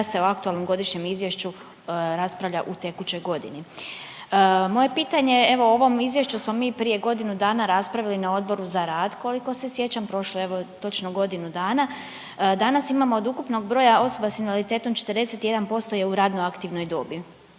se o aktualnom godišnjem izvješću raspravlja u tekućoj godini. Moje pitanje, evo, o ovom Izvješću smo mi prije godinu dana raspravili na Odboru za rad, koliko se sjećam, prošlo je evo, točno godinu dana, danas imamo od ukupnog broja osoba s invaliditetom, 41% je u radno aktivnoj dobi.